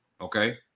Okay